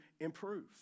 improve